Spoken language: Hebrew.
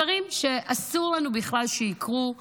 דברים שאסור בכלל שיקרו לנו.